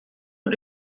und